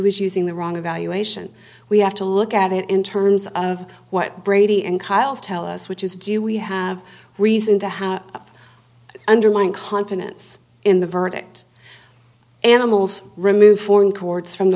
was using the wrong a valuation we have to look at it in terms of what brady and kyle's tell us which is do we have reason to have undermined confidence in the verdict animals remove foreign courts from the